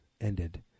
ended